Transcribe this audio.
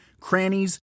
crannies